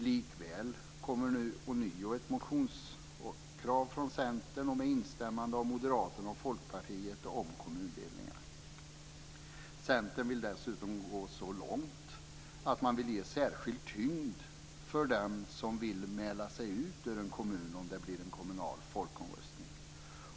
Likväl kommer nu ånyo ett motionskrav från Centern, med instämmande från Moderaterna och Folkpartiet, om kommundelningar. Centern vill dessutom gå så långt att man vill ge särskild tyngd för dem som vill mäla sig ut ur en kommun om det blir en kommunal folkomröstning.